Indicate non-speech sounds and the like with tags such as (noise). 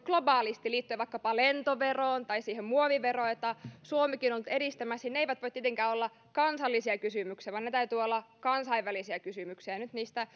globaalisti liittyen vaikka lentoveroon tai siihen muoviveroon jota suomikin on nyt edistämässä eivät voi tietenkään olla kansallisia kysymyksiä vaan niiden täytyy olla kansainvälisiä kysymyksiä nyt niistä (unintelligible)